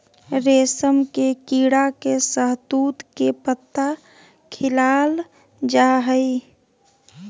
रेशम के कीड़ा के शहतूत के पत्ता खिलाल जा हइ